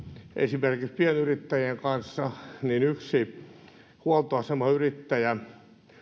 esimerkiksi pienyrittäjien kanssa niin yksi huoltoasemayrittäjä